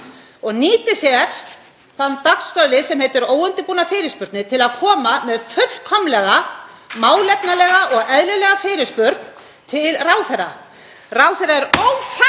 og nýtir sér þann dagskrárlið sem heitir óundirbúnar fyrirspurnir til að koma með fullkomlega málefnalega og eðlilega fyrirspurn til ráðherra. Ráðherra er ófær